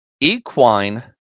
equine